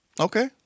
Okay